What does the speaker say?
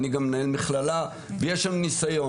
אני גם מנהל מכללה ויש לנו ניסיון,